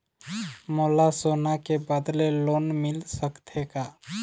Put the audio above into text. मोला सोना के बदले लोन मिल सकथे का?